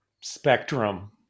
spectrum